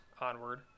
onward